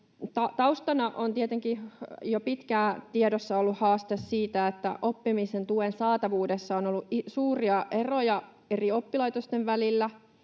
Taustana on tietenkin jo pitkään tiedossa ollut haaste siitä, että oppimisen tuen saatavuudessa on ollut suuria eroja eri oppilaitosten välillä